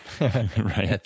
right